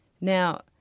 Now